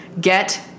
Get